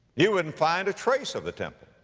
you wouldn't find a trace of the temple.